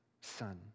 son